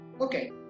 okay